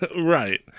Right